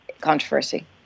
controversy